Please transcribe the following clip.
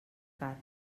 car